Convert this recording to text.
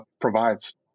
provides